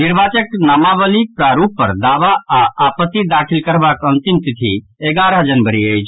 निर्वाचक नामावलीक प्रारूप पर दावा आओर आपत्ति दाखिल करबाक अंतिम तिथि एगारह जनवरी अछि